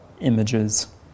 images